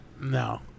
No